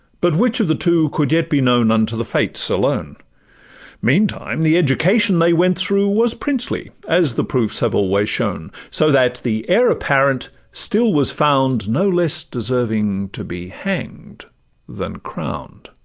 but which of the two could yet be known unto the fates alone meantime the education they went through was princely, as the proofs have always shown so that the heir apparent still was found no less deserving to be hang'd than crown'd.